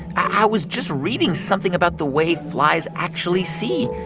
i was just reading something about the way flies actually see.